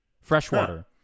freshwater